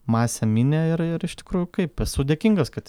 masę minią ir ir iš tikrųjų kaip esu dėkingas kad